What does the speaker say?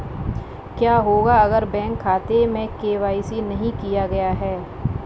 क्या होगा अगर बैंक खाते में के.वाई.सी नहीं किया गया है?